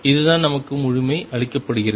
இதுதான் நமக்கு முழுமை அளிக்கப்படுகிறது